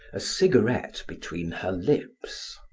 a cigarette between her lips.